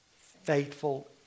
faithful